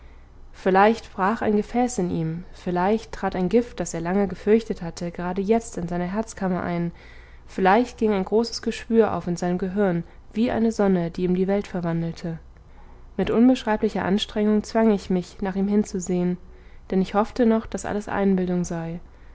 vielleicht brach ein gefäß in ihm vielleicht trat ein gift das er lange gefürchtet hatte gerade jetzt in seine herzkammer ein vielleicht ging ein großes geschwür auf in seinem gehirn wie eine sonne die ihm die welt verwandelte mit unbeschreiblicher anstrengung zwang ich mich nach ihm hinzusehen denn ich hoffte noch daß alles einbildung sei